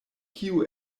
kiu